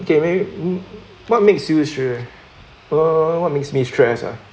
okay maybe what makes you sure err what makes me stress ah